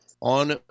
on